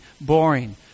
boring